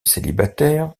célibataire